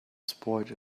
spoiled